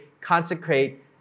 consecrate